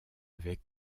avec